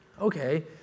Okay